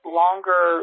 longer